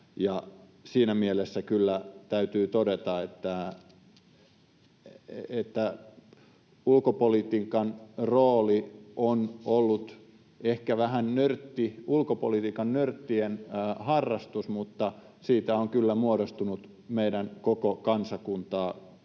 Siinä mielessä kyllä täytyy todeta, että ulkopolitiikan rooli on ollut ehkä vähän ulkopolitiikan nörttien harrastus, mutta siitä on kyllä muodostunut meidän koko kansakuntaa